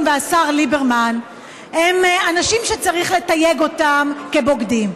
והשר ליברמן הם אנשים שצריך לתייג אותם כבוגדים.